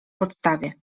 podstawie